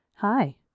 hi